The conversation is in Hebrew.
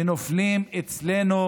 ונופלים אצלנו